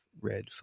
red